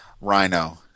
Rhino